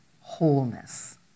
wholeness